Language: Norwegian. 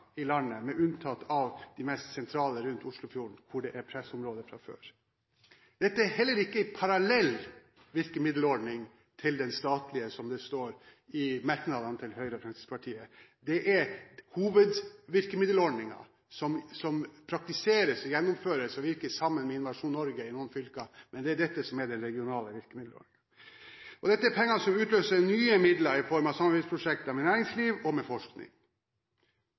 i landet, med unntak av de mest sentrale rundt Oslofjorden, hvor det er pressområder fra før. Dette er heller ikke en «parallell» virkemiddelordning til den statlige, som det står i merknadene til Høyre og Fremskrittspartiet. Det er hovedvirkemiddelordningen som praktiseres og gjennomføres og virker sammen med Innovasjon Norge i noen fylker, men det er dette som er den regionale virkemiddelordningen. Dette er penger som utløser nye midler i form av samvirkeprosjekter med næringsliv og med forskning.